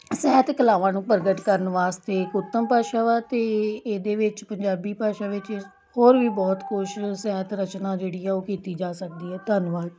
ਸਾਹਿਤ ਕਲਾਵਾਂ ਨੂੰ ਪ੍ਰਗਟ ਕਰਨ ਵਾਸਤੇ ਇੱਕ ਉੱਤਮ ਭਾਸ਼ਾ ਵਾ ਅਤੇ ਇਹਦੇ ਵਿੱਚ ਪੰਜਾਬੀ ਭਾਸ਼ਾ ਵਿੱਚ ਹੋਰ ਵੀ ਬਹੁਤ ਕੁਛ ਸਾਹਿਤ ਰਚਨਾ ਜਿਹੜੀ ਹੈ ਉਹ ਕੀਤੀ ਜਾ ਸਕਦੀ ਹੈ ਧੰਨਵਾਦ